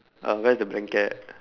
uh where is the blanket